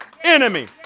enemy